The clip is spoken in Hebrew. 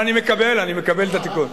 אבל אני מקבל, אני מקבל את התיקון.